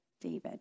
David